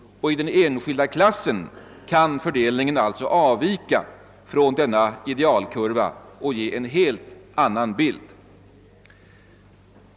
I den enskilda klassen kan alltså fördelningen avvika från denna idealkurva och ge en helt annan bild.